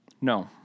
No